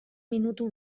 minutu